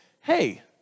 hey